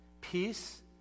peace